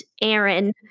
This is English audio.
Aaron